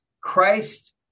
Christ